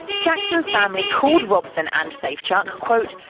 jackson's family called robson and safechuk, quote,